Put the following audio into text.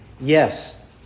Yes